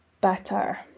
better